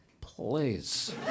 Please